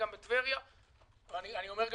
התיירות בטבריה מושתתת ברובה על תיירות חוץ,